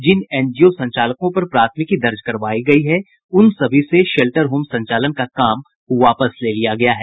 जिन NGO संचालकों पर प्राथमिकी दर्ज करवाई गयी है उन सभी से शेल्टर होम संचालन का काम वापस ले लिया गया है